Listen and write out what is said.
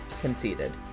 conceded